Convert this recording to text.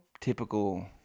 typical